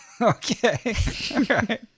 Okay